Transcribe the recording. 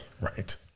right